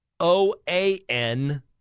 OAN